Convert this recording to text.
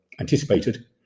anticipated